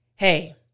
Hey